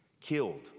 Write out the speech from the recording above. killed